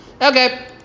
Okay